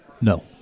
no